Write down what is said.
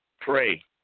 pray